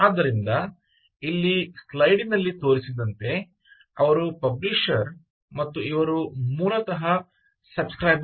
ಆದ್ದರಿಂದ ಇಲ್ಲಿ ಸ್ಲೈಡಿನಲ್ಲಿ ತೋರಿಸಿದಂತೆ ಇವರು ಪಬ್ಲಿಷರ್ ಮತ್ತು ಇವರು ಮೂಲತಃ ಸಬ್ ಸ್ಕ್ರೈಬರ್